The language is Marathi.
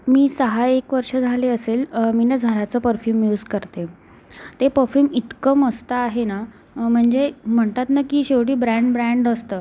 मी सहा एक वर्ष झाले असेल मी ना झाराचं परफ्यूम यूस करते ते परफ्यूम इतकं मस्त आहे ना म्हणजे म्हणतात ना की शेवटी ब्रँड ब्रँड असतं